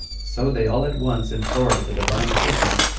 so they all at once implored the divine assistance,